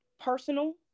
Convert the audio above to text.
personal